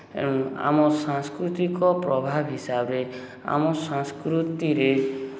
ଏଣୁ ଆମ ସାଂସ୍କୃତିକ ପ୍ରଭାବ ହିସାବେ ଆମ ସଂସ୍କୃତିରେ